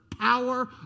power